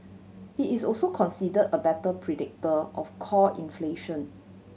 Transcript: it is also considered a better predictor of core inflation